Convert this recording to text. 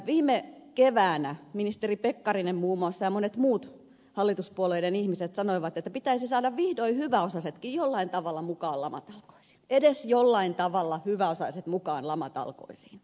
viime keväänä ministeri pekkarinen muun muassa ja monet muut hallituspuolueiden ihmiset sanoivat että pitäisi saada vihdoin hyväosaisetkin jollain tavalla mukaan lamatalkoisiin edes jollain tavalla saada hyväosaiset mukaan lamatalkoisiin